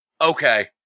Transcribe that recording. Okay